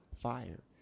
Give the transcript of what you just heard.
fire